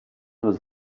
was